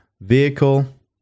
Vehicle